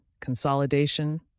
consolidation